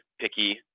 picky